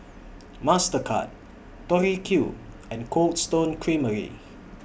Mastercard Tori Q and Cold Stone Creamery